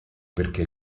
perchè